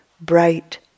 bright